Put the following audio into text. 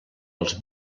els